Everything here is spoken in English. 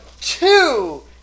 two